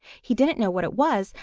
he didn't know what it was,